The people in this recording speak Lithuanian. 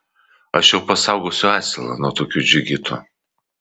aš jau pasaugosiu asilą nuo tokių džigitų